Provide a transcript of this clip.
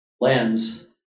lens